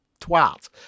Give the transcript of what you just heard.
twat